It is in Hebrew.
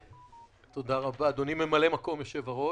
תודה רבה, אדוני ממלא מקום יושב-הראש.